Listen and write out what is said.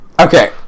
Okay